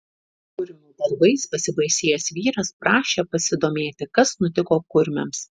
kurmių darbais pasibaisėjęs vyras prašė pasidomėti kas nutiko kurmiams